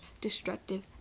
destructive